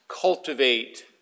cultivate